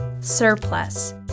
surplus